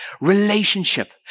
relationship